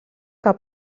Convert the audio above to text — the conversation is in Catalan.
que